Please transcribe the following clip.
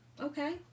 Okay